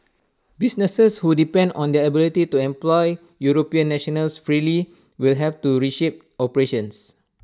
businesses who depend on their ability to employ european nationals freely will have to reshape operations